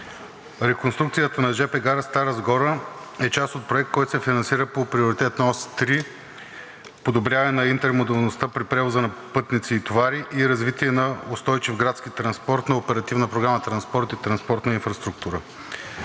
реконструкцията на жп гара Стара Закона е част от проект, който се финансира по Приоритет ос 3 „Подобряване на интермодалността при превоза на пътници и товари и развитие на устойчив градски транспорт“ на Оперативна програма „Транспорт и транспортна инфраструктура“.